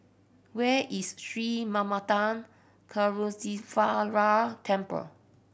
where is Sri Manmatha Karuneshvarar Temple